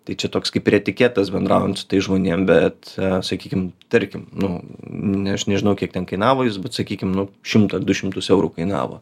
tai čia toks kaip ir etiketas bendraujant su tais žmonėm bet sakykim tarkim nu ne aš nežinau kiek ten kainavo jis bet sakykim nu šimtą du šimtus eurų kainavo